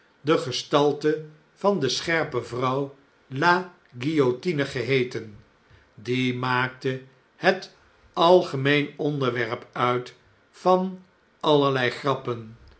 de gestalte van de scherpe vrouw la guillotine geheeten die maakte het aigemeen onderwerp uit van allerlei grappen